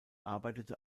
arbeitete